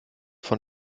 von